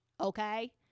okay